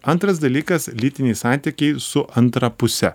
antras dalykas lytiniai santykiai su antra puse